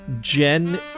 Jen